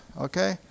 okay